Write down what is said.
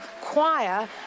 choir